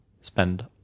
spend